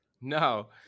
No